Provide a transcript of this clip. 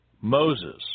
Moses